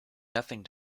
nothing